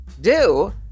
Do